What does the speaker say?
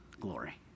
glory